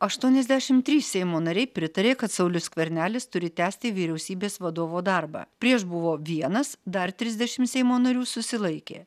aštuoniasdešim trys seimo nariai pritarė kad saulius skvernelis turi tęsti vyriausybės vadovo darbą prieš buvo vienas dar trisdešim seimo narių susilaikė